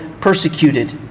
persecuted